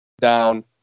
down